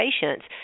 patients